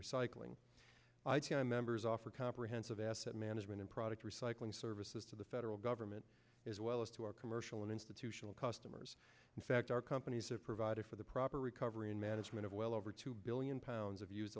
recycling i t m members offer comprehensive asset management and product recycling services to the federal government as well as to our commercial and institutional customers in fact our companies have provided for the proper recovery and management of well over two billion pounds of use